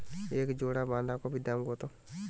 এক জোড়া বাঁধাকপির দাম কত?